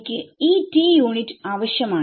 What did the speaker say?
എനിക്ക് ഈ t unit ആവശ്യമാണ്